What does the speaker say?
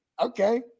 Okay